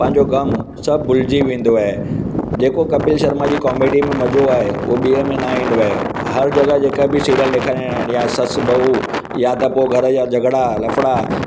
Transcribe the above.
पंहिंजो ग़म सभु भुलिजी वेंदो आहे जेको कपिल शर्मा जी कॉमेडी में मज़ो आहे ॿे उहो में न ईंदो आहे हर जॻह जेका बि सिरीयल ॾेखारिया आहिनि या ससु बहू या त पोइ घर जा झगिड़ा लफ़िड़ा